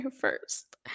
first